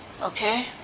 Okay